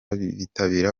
bitabira